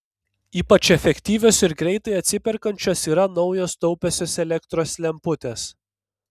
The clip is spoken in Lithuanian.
ypač efektyvios ir greitai atsiperkančios yra naujos taupiosios elektros lemputės